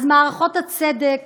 אז מערכות הצדק